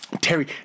Terry